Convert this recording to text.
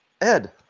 Ed